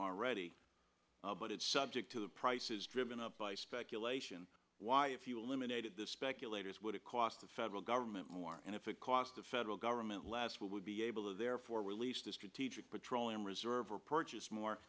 already but it's subject to the prices driven up by speculation why if you eliminated the speculators would it cost the federal government more and if it cost the federal government less we would be able to therefore release the strategic petroleum reserve or purchase more